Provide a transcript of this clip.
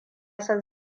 san